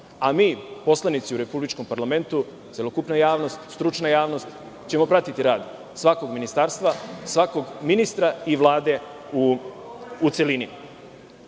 a mi poslanici u republičkom parlamentu, celokupna javnost, stručna javnost ćemo pratiti rad svakog ministarstva, svakog ministra i Vlade u celini.